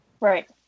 right